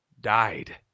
died